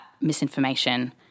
misinformation